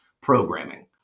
programming